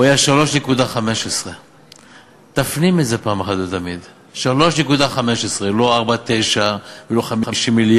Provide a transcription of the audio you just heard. הוא היה 3.15. תפנים את זה פעם אחת ולתמיד: 3.15. לא 4.9 ולא 50 מיליארד